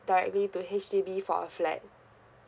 directly to H_D_B for a flat